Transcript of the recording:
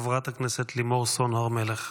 חברת הכנסת לימור סון הר מלך.